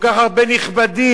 כל כך הרבה נכבדים,